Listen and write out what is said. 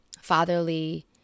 fatherly